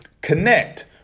connect